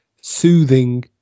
soothing